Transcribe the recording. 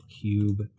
cube